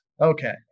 Okay